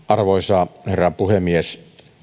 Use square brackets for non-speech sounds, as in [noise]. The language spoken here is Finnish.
[unintelligible] arvoisa herra puhemies